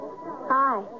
Hi